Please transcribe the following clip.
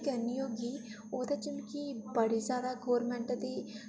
किश बी करनी होगी ओह्दे च मिगी बड़ी ज्यादा गौरमैंट दी